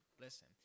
Listen